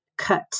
cut